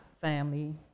family